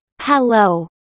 Hello